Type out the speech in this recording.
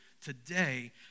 today